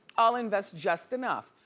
i'll invest just enough.